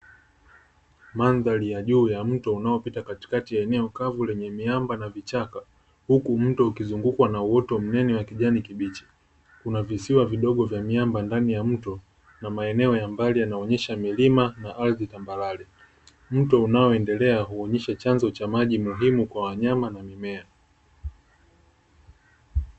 Mandhari ya juu ya mto unaopita katikati ya eneo kavu lenye miamba na vichaka huku mto ukizungukwa na uoto mnene wa kijani kibichi, kuna visiwa vidogo vya miamba ndani ya mto na maeneo ya mbali yanaonesha milima na ardhi tambarare. Mto unaoendelea huonyesha chanzo cha maji ni muhimu kwa wanyama na mimea.